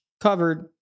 covered